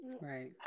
Right